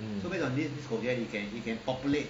mm